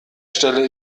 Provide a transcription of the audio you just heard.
stelle